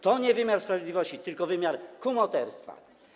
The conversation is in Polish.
To nie wymiar sprawiedliwości, tylko wymiar kumoterstwa.